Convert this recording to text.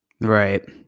Right